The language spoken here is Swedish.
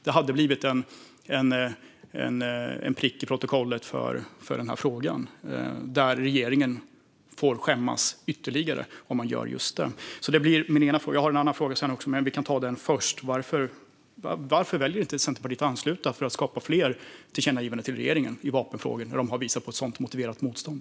Det hade blivit en prick i protokollet i den frågan, och regeringen hade fått skämmas ytterligare. Det är min ena fråga. Jag har också en annan fråga, men vi kan ta den här först: Varför väljer inte Centerpartiet att ansluta sig för att skapa fler tillkännagivanden till regeringen i vapenfrågor där den har visat ett motiverat motstånd?